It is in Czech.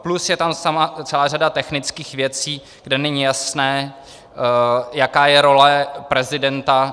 Plus je tam celá řada technických věcí, kde není jasné, jaká je role prezidenta.